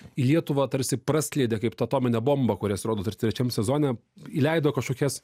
į lietuvą tarsi praskleidė kaip tą atominę bombą kurias rodo dar trečiam sezone įleido kažkokias